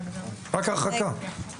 רק הרחקה.